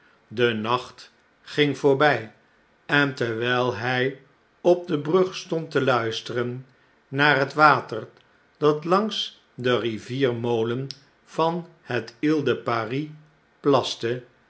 de nacht ging voorbij en terwijl hij op de brug stond te luisteren naar het water dat langs de riviermolen van het il de paris plaste